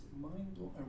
mind-blowing